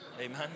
amen